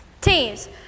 Teams